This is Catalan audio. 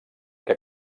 que